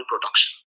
production